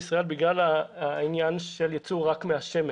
למדינת ישראל בגלל העניין של ייצור רק מהשמש.